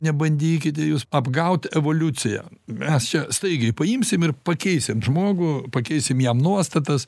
nebandykite jūs apgaut evoliuciją mes čia staigiai paimsim ir pakeisim žmogų pakeisim jam nuostatas